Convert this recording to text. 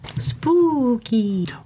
Spooky